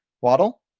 Waddle